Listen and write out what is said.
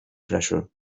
pressure